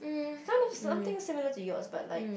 son of something similar to yours but like